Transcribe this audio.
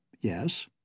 Yes